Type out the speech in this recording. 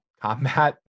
combat